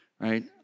right